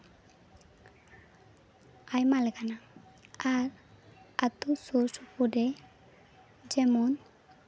ᱟᱭᱢᱟ ᱞᱮᱠᱟᱱᱟ ᱟᱨ ᱟᱛᱳ ᱥᱩᱨ ᱥᱩᱯᱩ ᱨᱮ ᱡᱮᱢᱚᱱ